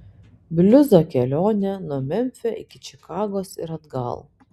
bliuzo kelionė nuo memfio iki čikagos ir atgal